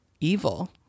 evil